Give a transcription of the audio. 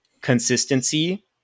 consistency